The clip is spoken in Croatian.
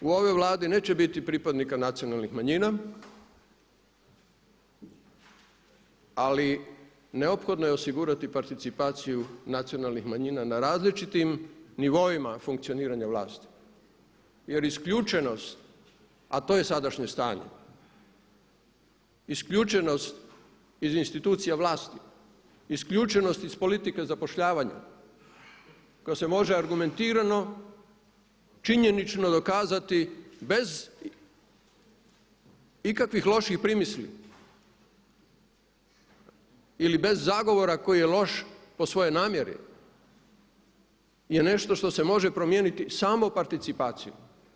U ovoj Vladi neće biti pripadnika nacionalnih manjina, ali neophodno je osigurati participaciju nacionalnih manjina na različitim nivoima funkcioniranja vlasti jer isključenost, a to je sadašnje stanje, isključenost iz institucija vlasti, isključenost iz politike zapošljavanja koja se može argumentirano, činjenično dokazati bez ikakvih loših primisli ili bez zagovora koji je loš po svojoj namjeri je nešto što se može promijeniti samo participacijom.